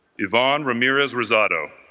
yvonne ramirez rosato